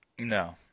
No